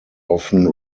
often